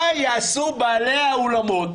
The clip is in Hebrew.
מה יעשו בעלי האולמות